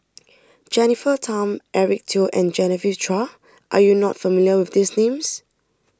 Jennifer Tham Eric Teo and Genevieve Chua are you not familiar with these names